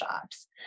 jobs